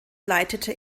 leitete